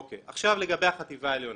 עכשיו לגבי החטיבה העליונה.